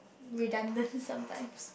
redundant sometimes